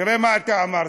תראה מה אתה אמרת,